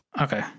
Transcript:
okay